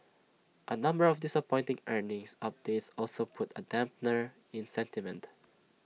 A number of disappointing earnings updates also put A dampener in sentiment